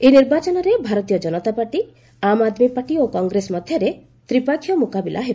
ଏହି ନିର୍ବାଚନରେ Bharatiya Janata party Aam Aadmi party ଏବଂ କଂଗ୍ରେସ ମଧ୍ୟରେ ତ୍ରିପକ୍ଷୀୟ ମୁକାବିଲା ହେବ